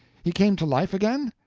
he came to life again?